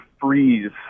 freeze